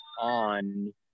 on